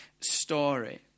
story